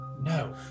No